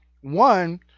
One